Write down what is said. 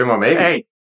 Hey